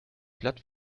platt